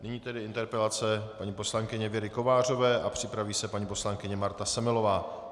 Nyní tedy interpelace paní poslankyně Věry Kovářové a připraví se poslankyně Marta Semelová.